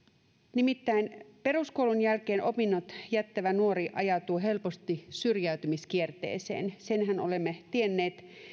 nimittäin peruskoulun jälkeen opinnot jättävä nuori ajautuu helposti syrjäytymiskierteeseen senhän olemme tienneet